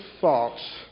thoughts